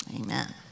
Amen